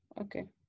okay